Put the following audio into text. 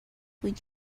would